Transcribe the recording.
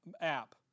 app